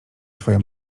twoja